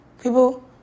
people